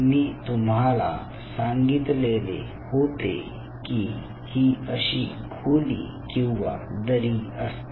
मी तुम्हाला सांगितले होते की ही अशी खोली किंवा दरी असते